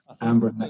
amber